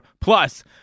Plus